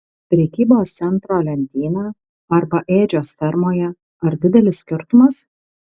prekybos centro lentyna arba ėdžios fermoje ar didelis skirtumas